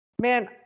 man